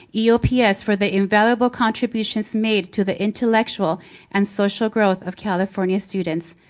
eops for the invaluable contributions made to the intellectual and social growth of california students